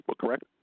correct